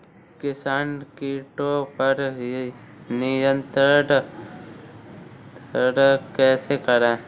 किसान कीटो पर नियंत्रण कैसे करें?